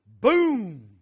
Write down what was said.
Boom